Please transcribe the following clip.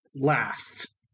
last